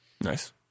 Nice